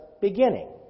beginning